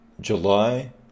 July